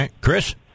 Chris